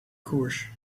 koers